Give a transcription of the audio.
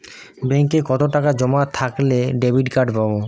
ব্যাঙ্কে কতটাকা জমা থাকলে ডেবিটকার্ড পাব?